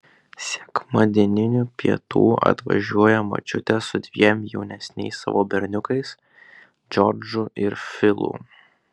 sekmadieninių pietų atvažiuoja močiutė su dviem jaunesniais savo berniukais džordžu ir filu